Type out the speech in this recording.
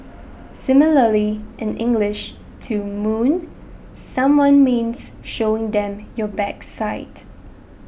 similarly in English to 'moon' someone means showing them your backside